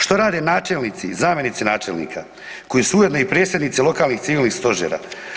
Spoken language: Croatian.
Što rade načelnici, zamjenici načelnika koji su ujedno i predsjednici lokalnih civilnih stožera.